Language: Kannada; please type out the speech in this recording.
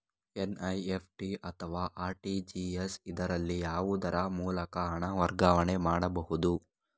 ಎನ್.ಇ.ಎಫ್.ಟಿ ಅಥವಾ ಆರ್.ಟಿ.ಜಿ.ಎಸ್, ಇದರಲ್ಲಿ ಯಾವುದರ ಮೂಲಕ ಹಣ ವರ್ಗಾವಣೆ ಮಾಡಬಹುದು?